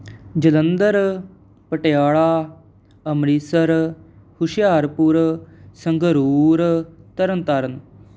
Jalandhar Patiala Amritsar Hoshiarpur Sangrur Tarn Taran